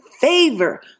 favor